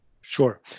Sure